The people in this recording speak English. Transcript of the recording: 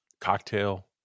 cocktail